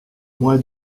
mois